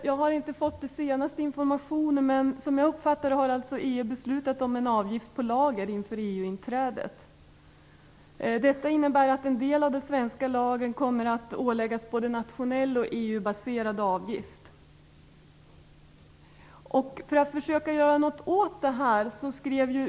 Jag har inte fått den senaste informationen, men som jag har uppfattat det har EU beslutat om en avgift på lager inför EU-inträdet. Detta innebär att en del av det svenska lagret kommer att åläggas både nationell och EU-baserad avgift.